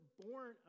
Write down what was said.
born